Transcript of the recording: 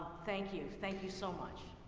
thank you, thank you so much.